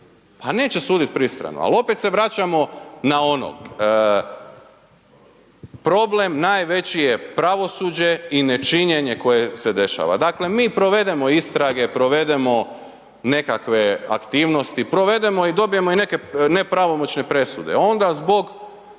Pa neće suditi pristrano. Ali opet se vraćamo na ono problem najveći je pravosuđe i nečinjenje koje se dešava. Dakle mi provedemo istrage, provedemo nekakve aktivnosti, provedemo i dobijemo i neke nepravomoćne presude a onda zbog